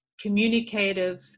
communicative